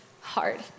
hard